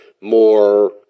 More